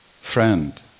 friend